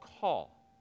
call